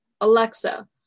Alexa